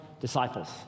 disciples